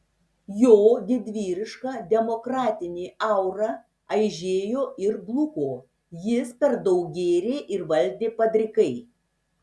jo didvyriška demokratinė aura aižėjo ir bluko jis per daug gėrė ir valdė padrikai